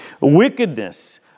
Wickedness